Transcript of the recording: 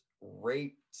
raped